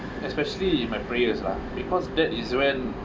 especially in my prayers ah because that is when